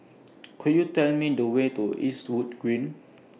Could YOU Tell Me The Way to Eastwood Green